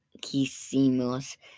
quisimos